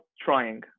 trying